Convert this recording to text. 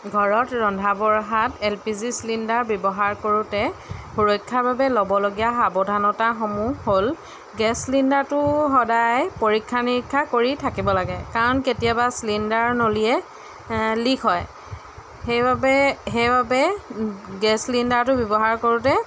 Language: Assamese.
ঘৰত ৰন্ধা বৰহাত এল পি জি চিলিণ্ডাৰ ব্যৱহাৰ কৰোঁতে সুৰক্ষাৰ বাবে ল'বলগীয়া সাৱধানতাসমূহ হ'ল গেছ চিলিণ্ডাৰটো সদায় পৰীক্ষা নিৰীক্ষা কৰি থাকিব লাগে কাৰণ কেতিয়াবা চিলিণ্ডাৰ নলীয়ে লিক হয় সেইবাবে সেইবাবে গেছ চিলিণ্ডাৰটো ব্যৱহাৰ কৰোঁতে